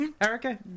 erica